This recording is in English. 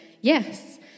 yes